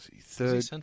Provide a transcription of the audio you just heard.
third